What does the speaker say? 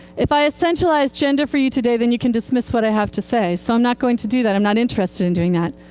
if i essentialize gender for you today, then you can dismiss what i have to say. so i'm not going to do that, i'm not interested in doing that.